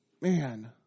Man